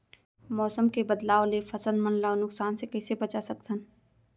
मौसम के बदलाव ले फसल मन ला नुकसान से कइसे बचा सकथन?